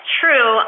true